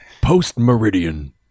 Post-Meridian